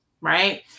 right